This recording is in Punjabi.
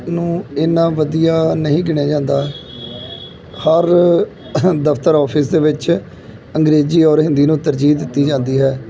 ਨੂੰ ਇੰਨਾ ਵਧੀਆ ਨਹੀਂ ਗਿਣਿਆ ਜਾਂਦਾ ਹਰ ਦਫ਼ਤਰ ਆਫ਼ਿਸ ਦੇ ਵਿੱਚ ਅੰਗਰੇਜ਼ੀ ਔਰ ਹਿੰਦੀ ਨੂੰ ਤਰਜੀਹ ਦਿੱਤੀ ਜਾਂਦੀ ਹੈ